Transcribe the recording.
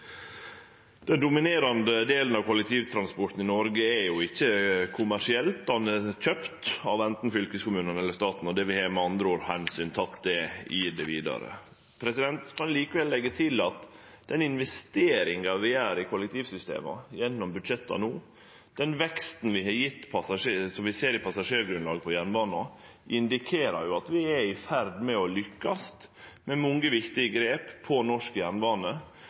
Den dominerande delen av kollektivtransporten i Noreg er ikkje kommersiell, han er kjøpt av anten fylkeskommunane eller staten. Vi har med andre ord teke omsyn til det i det vidare. Eg kan likevel leggje til at den investeringa vi no gjer i kollektivsystema gjennom budsjetta, og den veksten vi ser i passasjergrunnlaget på jernbanen, indikerer at vi er i ferd med å lykkast med mange viktige grep for norsk jernbane.